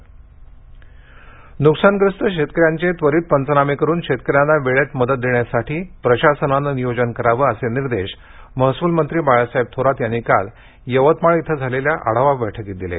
बैठक थोरात यवतपाळ नुकसानग्रस्त शेतक यांचे त्वरीत पंचनामे करून शेतक यांना वेळेत मदत देण्यासाठी प्रशासनाने नियोजन करावे असे निर्देश महसूल मंत्री बाळासाहेब थोरात यांनी काल यवतमाळ इथं झालेल्या आढावा बैठकीत दिले